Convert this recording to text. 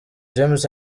james